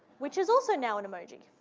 which is also now an emoji.